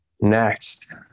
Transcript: next